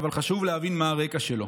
אבל חשוב להבין מה הרקע שלו.